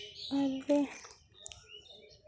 ᱟᱨ ᱫᱚ